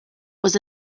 was